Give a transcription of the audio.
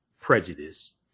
prejudice